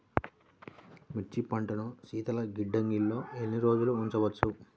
మిర్చి పంటను శీతల గిడ్డంగిలో ఎన్ని రోజులు ఉంచవచ్చు?